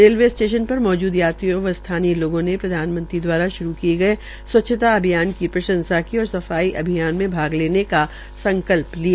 railway station पर मौजूदा यात्रियों व स्थानीय लोगों ने प्रधानमंत्री दवारा श्रू किये गये स्वच्छता अभियान की प्रंशसा की और सफाई अभियान में भाग लेने का संकल्प लिया